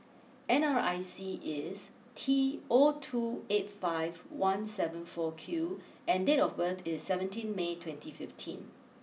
N R I C is T O two eight five one seven four Q and date of birth is seventeen May twenty fifteen